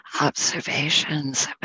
observations